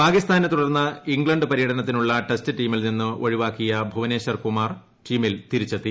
പരിക്കിനെ തുടർന്ന് ഇംഗ്ല പര്യടനത്തിനുള്ള ടെസ്റ്റ് ടീമിൽ നിന്ന് ഒഴിവാക്കിയ ഭൂവനേശ്വർ കുമാർ ടീമിൽ തിരിച്ചെത്തി